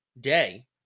day